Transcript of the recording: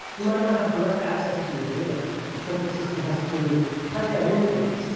you might not have direct access to your data. the template system has to pipe that in for you,